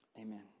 Amen